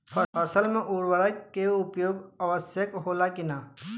फसल में उर्वरक के उपयोग आवश्यक होला कि न?